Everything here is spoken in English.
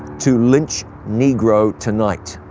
to lynch negro tonight.